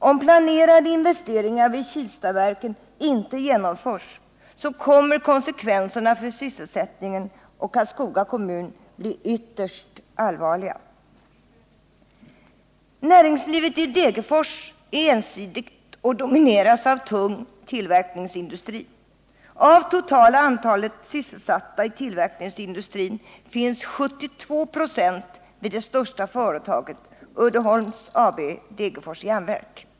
Om planerade investeringar vid Kilstaverken inte genomförs kommer konsekvenserna för sysselsättningen och Karlskoga kommun att bli ytterst allvarliga. Näringslivet i Degerfors är ensidigt och domineras av tung tillverkningsindustri. Av totala antalet sysselsatta i tillverkningsindustrin finns 72 96 vid det största företaget, Uddeholms AB, Degerfors Jernverk.